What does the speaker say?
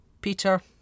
Peter